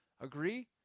Agree